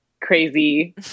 crazy